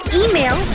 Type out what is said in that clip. email